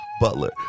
Butler